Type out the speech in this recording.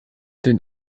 den